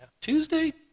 Tuesday